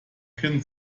kind